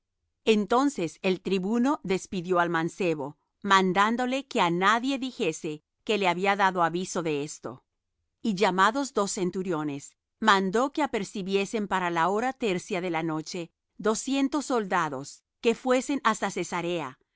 entonces el tribuno despidió al mancebo mandándole que á nadie dijese que le había dado aviso de esto y llamados dos centuriones mandó que apercibiesen para la hora tercia de la noche doscientos soldados que fuesen hasta cesarea